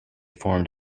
formed